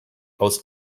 aus